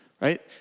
right